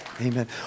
Amen